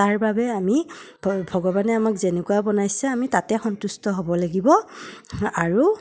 তাৰ বাবে আমি ভ ভগৱানে আমাক যেনেকুৱা বনাইছে আমি তাতে সন্তুষ্ট হ'ব লাগিব আৰু